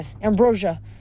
Ambrosia